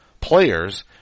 players